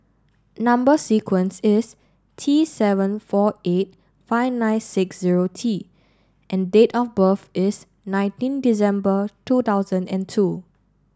number sequence is T seven four eight five nine six zero T and date of birth is nineteen December two thousand and two